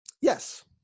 yes